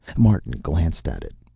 martin glanced at it.